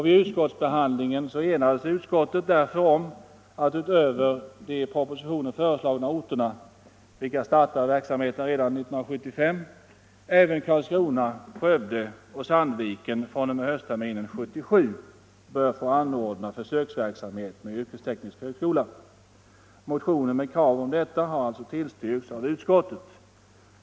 Vid utskottsbehandlingen enades utskottet därför om att utöver de i propositionen föreslagna orterna, vilka startar verksamhet redan 1975, även Karlskrona, Skövde och Sandviken fr.o.m. höstterminen 1977 bör få anordna försöksverksamhet med yrkesteknisk högskoleutbildning. Motioner med krav om detta har tillstyrkts av utskottet.